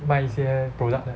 卖一些 product that